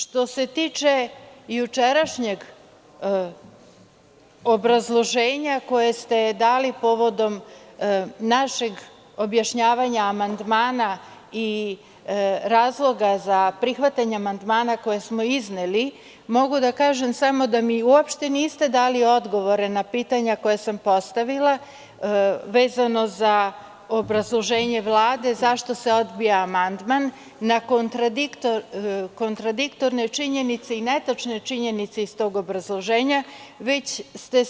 Što se tiče jučerašnjeg obrazloženja koje ste dali povodom našeg objašnjavanja amandmana i razloga za prihvatanje amandmana koje smo izneli, mogu da kažem samo da mi uopšte niste dali odgovor na pitanja koja sam postavila, vezano za obrazloženje Vlade, zašto se odbija amandman, na kontradiktorne činjenice i netačne činjenice iz tog obrazloženja, već ste